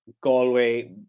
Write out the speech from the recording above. Galway